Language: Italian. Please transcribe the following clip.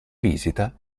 visita